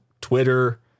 Twitter